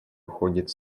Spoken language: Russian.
уходит